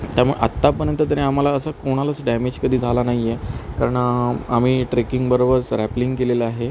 त्यामुळे आत्तापर्यंत तरी आम्हाला असं कोणालाच डॅमेज कधी झाला नाही आहे कारण आम्ही ट्रेकिंग बरोबरच रॅप्लिंग केलेलं आहे